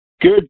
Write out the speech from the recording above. Good